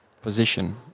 position